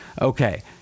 Okay